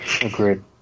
Agreed